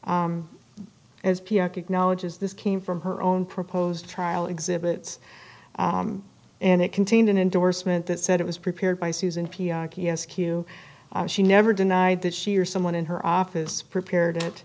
kick knowledge is this came from her own proposed trial exhibits and it contained an endorsement that said it was prepared by susan p r t eskew she never denied that she or someone in her office prepared it